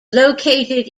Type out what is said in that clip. located